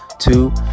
Two